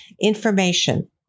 information